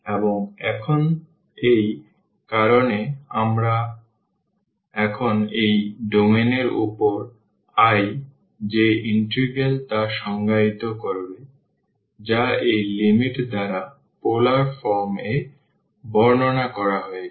এবং এখন এই কারণে আমরা এখন এই ডোমেইন এর উপর i যে ইন্টিগ্রাল তা সংজ্ঞায়িত করবে যা এই লিমিট দ্বারা পোলার ফর্ম এ বর্ণনা করা হয়েছে